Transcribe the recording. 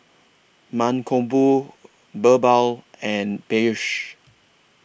Mankombu Birbal and Peyush